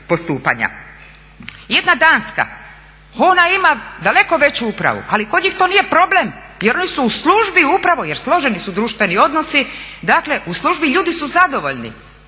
Jedna Danska ona ima daleko veću upravu, ali kod njih to nije problem jer oni su u službi upravo jer složeni su društveni odnosi dakle u službi ljudi su zadovoljni,